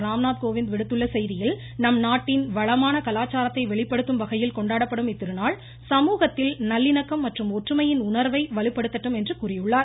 ராம்நாத் கோவிந்த் விடுத்துள்ள செய்தியில் நம் நாட்டின் வளமான கலாச்சாரத்தை வெளிப்படுத்தும் வகையில் கொண்டாடப்படும் இத்திருநாள் சமூகத்தில் நல்லிணக்கம் மற்றும் ஒற்றுமையின் உணர்வை வலுப்படுத்தட்டும் என்று கூறியுள்ளார்